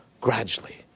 gradually